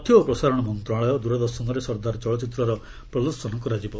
ତଥ୍ୟ ଓ ପ୍ରସାରଣ ମନ୍ତ୍ରଣାଳୟ ଦୂରଦର୍ଶନରେ ସର୍ଦ୍ଦାର ଚଳଚ୍ଚିତ୍ରର ପ୍ରଦର୍ଶନ କରିବ